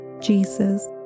Jesus